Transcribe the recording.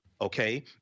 okay